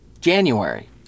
January